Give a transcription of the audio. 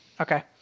Okay